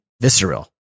visceral